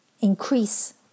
increase